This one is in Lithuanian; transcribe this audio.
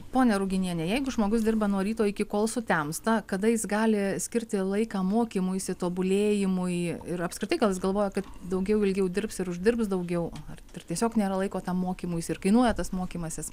ponia ruginiene jeigu žmogus dirba nuo ryto iki kol sutemsta kada jis gali skirti laiką mokymuisi tobulėjimui ir apskritai gal jis galvoja kad daugiau ilgiau dirbs ir uždirbs daugiau ar tiesiog nėra laiko tam mokymuisi ir kainuoja tas mokymasis